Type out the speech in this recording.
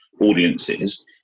audiences